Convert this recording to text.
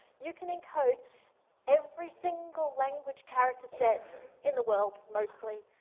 you can encode every single language character set in the world, mostly,